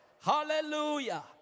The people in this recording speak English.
Hallelujah